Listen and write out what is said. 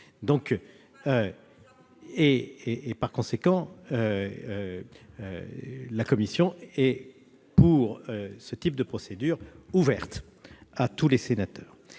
! Par conséquent, la commission est, pour ce type de procédure, ouverte à l'ensemble les sénateurs.